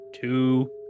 two